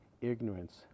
ignorance